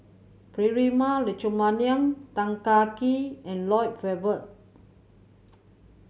Prema Letchumanan Tan Kah Kee and Lloyd Valberg